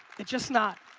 it's just not.